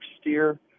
steer